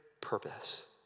purpose